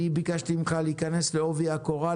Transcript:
אני ביקשתי ממך להיכנס לעובי הקורה,